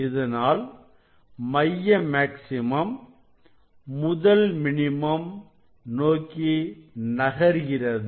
இதனால் மைய மேக்ஸிமம் முதல் மினிமம் நோக்கி நகர்கிறது